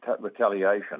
retaliation